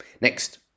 Next